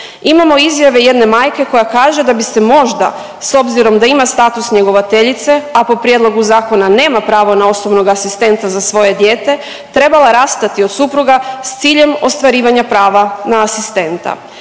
Imamo izjave jedne majke koja kaže da bi se možda, s obzirom da ima status njegovateljice, a po prijedlogu zakona nema pravo na osobnog asistenta za svoje dijete, trebala rastati od supruga s ciljem ostvarivanja prava na asistenta.